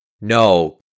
No